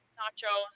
nachos